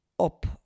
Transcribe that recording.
up